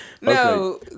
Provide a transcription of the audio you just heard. No